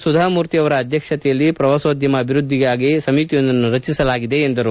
ಸುಧಾಮೂರ್ತಿ ಅವರ ಅಧ್ಯಕ್ಷತೆಯಲ್ಲಿ ಪ್ರವಾಸೋದ್ದಮ ಅಭಿವೃದ್ಧಿಗಾಗಿ ಸಮಿತಿಯೊಂದನ್ನು ರಚಿಸಲಾಗಿದೆ ಎಂದರು